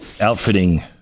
outfitting